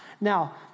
Now